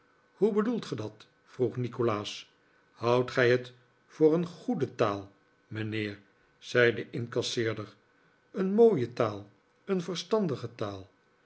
hoe bedoelt ge dat vroeg nikolaas houdt gij het voor een goede taal mijnheer zei de incasseerder eenmooie taal een verstandige taal